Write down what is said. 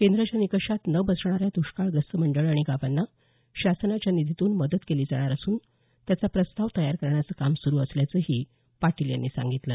केंद्राच्या निकषात न बसणाऱ्या दष्काळग्रस्त मंडळं आणि गावांना शासनाच्या निधीतून मदत केली जाणार असून त्याचा प्रस्ताव तयार करण्याचं काम सुरू असल्याचंही पाटील यांनी सांगितलं